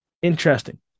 Interesting